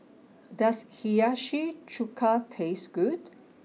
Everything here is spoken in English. does Hiyashi Chuka taste good